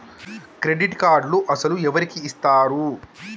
Credit కార్డులు అసలు ఎవరికి ఇస్తారు?